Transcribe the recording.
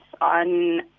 on